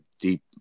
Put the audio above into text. deep